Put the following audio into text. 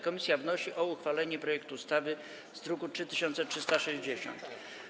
Komisja wnosi o uchwalenie projektu ustawy z druku nr 3360.